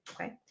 Okay